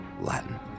Latin